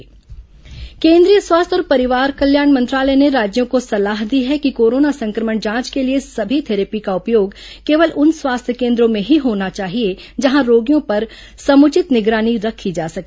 स्वास्थ्य मंत्रालय सलाह केंद्रीय स्वास्थ्य और परिवार कल्याण मंत्रालय ने राज्यों को सलाह दी है कि कोरोना संक्रमण जांच के लिए सभी थेरैपी का उपयोग केवल उन स्वास्थ्य केंद्रों में ही होना चाहिए जहां रोगियों पर समुचित निगरानी रखी जा सके